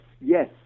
yes